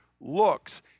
looks